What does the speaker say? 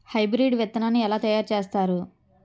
Hybrid విత్తనాన్ని ఏలా తయారు చేస్తారు?